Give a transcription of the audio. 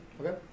Okay